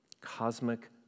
Cosmic